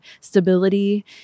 stability